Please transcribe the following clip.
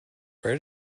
where